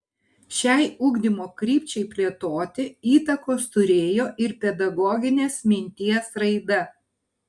šiai ugdymo krypčiai plėtoti įtakos turėjo ir pedagoginės minties raida